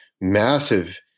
massive